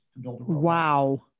Wow